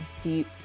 deep